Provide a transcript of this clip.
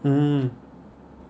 mm